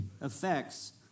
affects